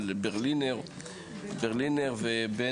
של ברלינר ובן-אור.